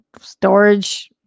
storage